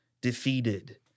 defeated